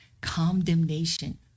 condemnation